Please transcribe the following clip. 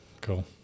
Cool